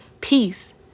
peace